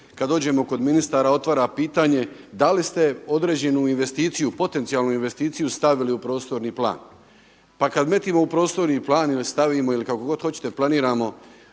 kad dođemo kod ministara otvara pitanje da li ste određenu investiciju, potencijalnu investiciju stavili u prostorni plan? Pa kad metimo u prostorni plan ili stavimo ili kako god hoćete planiramo